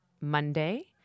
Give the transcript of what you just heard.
Monday